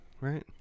right